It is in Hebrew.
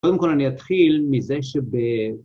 קודם כל אני אתחיל מזה שב...